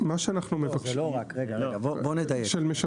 בואו נדייק.